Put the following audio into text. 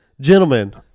Gentlemen